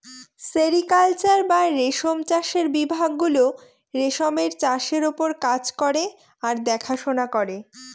sericulture বা রেশম চাষের বিভাগ গুলো রেশমের চাষের ওপর কাজ করে আর দেখাশোনা করে